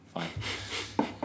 fine